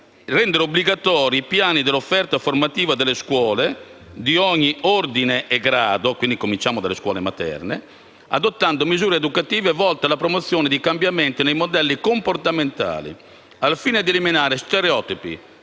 rendere obbligatori «i piani dell'offerta formativa delle scuole di ogni ordine e grado» - quindi si comincia dalle scuole materne - adottando «misure educative volte alla promozione di cambiamenti nei modelli comportamentali al fine di eliminare stereotipi,